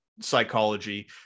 psychology